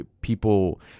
people